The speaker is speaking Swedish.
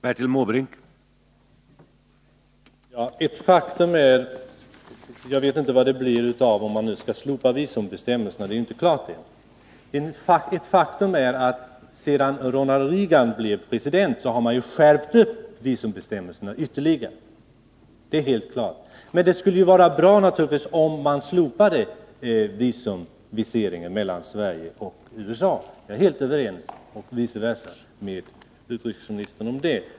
Herr talman! Jag vet inte vad som blir resultatet, om USA slopar visumbestämmelserna. Det är ju ännu inte klart. Men ett faktum är att sedan Ronald Reagan blev president har viseringsbestämmelserna skärpts ytterligare. Det är helt klart. Det skulle naturligtvis vara bra om man slopade viseringen mellan Sverige och USA — och vice versa. Jag är helt överens med utrikesministern om det.